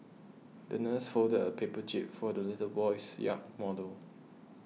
the nurse folded a paper jib for the little boy's yacht model